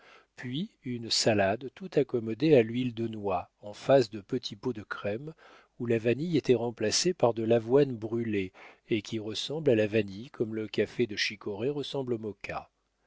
puis une salade tout accommodée à l'huile de noix en face de petits pots de crème où la vanille était remplacée par de l'avoine brûlée et qui ressemble à la vanille comme le café de chicorée ressemble au